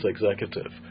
executive